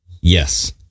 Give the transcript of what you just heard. Yes